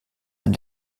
ein